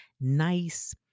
nice